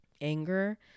anger